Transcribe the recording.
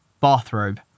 bathrobe